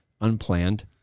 unplanned